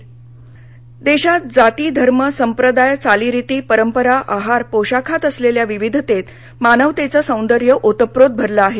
विवेक जागर वाशिम देशात जाती धर्म संप्रदाय चालीरिती परंपरा आहार पोशाखात असलेल्या विविधतेत मानवतेचं सौदर्य ओतप्रोत भरलं आहे